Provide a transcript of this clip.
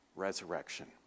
resurrection